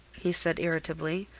he said, irritably.